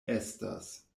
estas